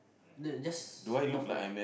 no just roughly